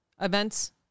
events